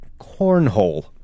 cornhole